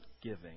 giving